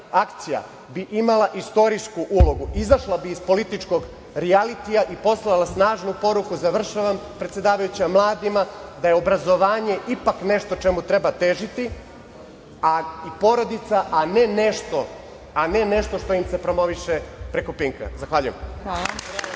akcija bi imala istorijsku ulogu. Izašla bi iz političkog rijalitija i poslala snažnu poruku mladima da je obrazovanje ipak nešto čemu treba težiti i porodica, a ne nešto što im se promoviše preko „Pinka“. Zahvaljujem.